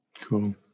cool